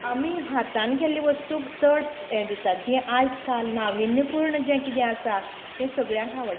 आमी हातांत केल्लें वस्तूक चड यें दितात जी आयज काल नाविन्य पूर्ण जें कितें आसा तें सगल्यांक आवडटा